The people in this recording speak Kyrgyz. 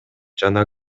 жана